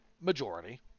Majority